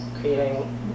creating